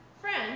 Friend